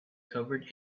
covered